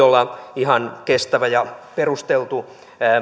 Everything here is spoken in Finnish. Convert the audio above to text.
olla ihan kestävä ja perusteltu